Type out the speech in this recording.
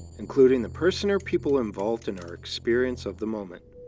including the person or people involved in our experience of the moment.